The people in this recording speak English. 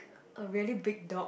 a really big dog